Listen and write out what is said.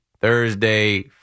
Thursday